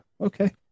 okay